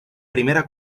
primera